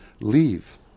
leave